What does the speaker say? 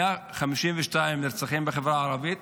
152 נרצחים בחברה הערבית.